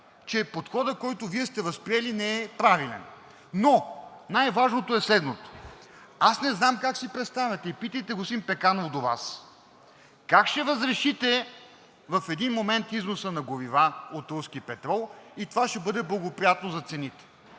че подходът, който Вие сте възприели, не е правилен. Но най-важното е следното – аз не знам как си представяте, но питайте господин Пеканов до Вас, как ще разрешите в един момент износа на горива от руски петрол и това ще бъде благоприятно за цените?